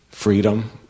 Freedom